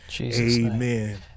Amen